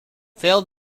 failed